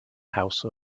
house